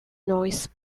noise